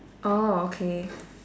orh okay